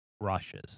rushes